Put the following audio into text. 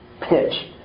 Pitch